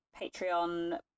patreon